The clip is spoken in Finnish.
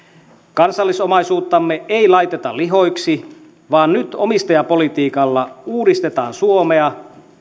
kansallisomaisuuttamme ei laiteta lihoiksi vaan nyt omistajapolitiikalla uudistetaan suomea